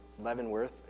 Leavenworth